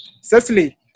Cecily